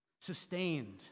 Sustained